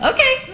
Okay